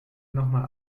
nochmal